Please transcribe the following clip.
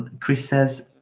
chris says,